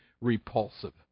repulsive